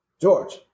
George